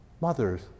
Mothers